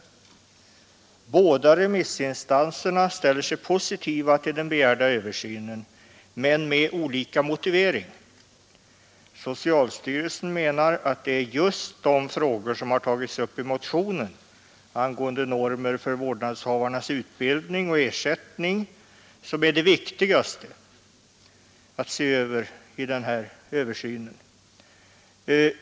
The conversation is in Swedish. Båda remissinstanserna ställer sig positiva till den begärda översynen men med olika motiveringar. Socialstyrelsen menar att det är just de frågor som har tagits upp i motionen angående normer för vårdnadshavarnas utbildning och ersättning som är det viktigaste att se över.